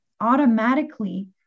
automatically